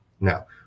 Now